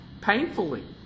painfully